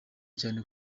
cyane